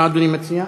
מה אדוני מציע?